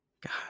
God